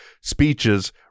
speeches